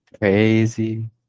Crazy